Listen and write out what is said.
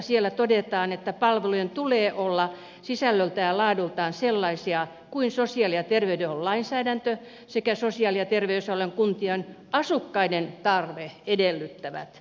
siellä todetaan että palvelujen tulee olla sisällöltään ja laadultaan sellaisia kuin sosiaali ja terveydenhuollon lainsäädäntö sekä sosiaali ja terveysalojen kuntien asukkaiden tarve edellyttävät